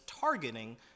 targeting